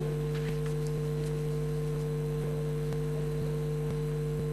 כבר עם ז'קט, אורי.